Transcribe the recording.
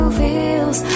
feels